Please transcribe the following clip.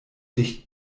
dicht